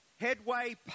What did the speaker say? headway